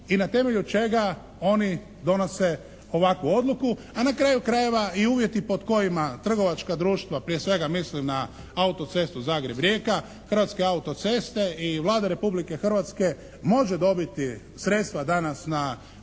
i na temelju čega oni donose ovakvu odluku. A na kraju krajeva i uvjeti pod kojima trgovačka društva, prije svega misli na autocestu Zagreb-Rijeka Hrvatske autoceste i Vlade Republike Hrvatske može dobiti sredstva danas na